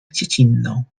dziecinną